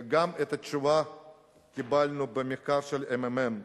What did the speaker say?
וגם את התשובה קיבלנו במחקר של הממ"מ.